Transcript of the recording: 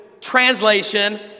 translation